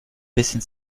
bisschen